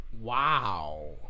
Wow